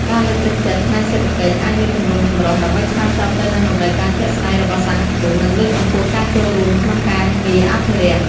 ការលើកទឹកចិត្តផ្នែកសេដ្ឋកិច្ចអាចមានទម្រង់ចម្រុះ ដើម្បីឆ្លើយតបទៅនឹងតម្រូវការជាក់ស្តែងរបស់សហគមន៍ និងលើកកម្ពស់ការចូលរួមក្នុងការងារអភិរក្ស។